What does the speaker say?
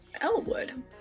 Elwood